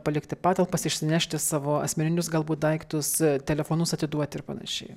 palikti patalpas išsinešti savo asmeninius galbūt daiktus telefonus atiduoti ir panašiai